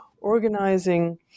organizing